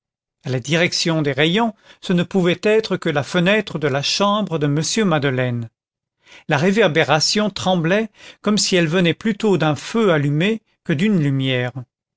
à la direction des rayons ce ne pouvait être que la fenêtre de la chambre de m madeleine la réverbération tremblait comme si elle venait plutôt d'un feu allumé que d'une lumière